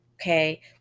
okay